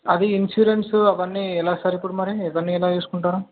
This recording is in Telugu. అవి ఇన్సూరెన్స్ అవన్నీ ఎలా సార్ ఇప్పుడు మరి ఇవన్నీ ఎలా తీసుకుంటారు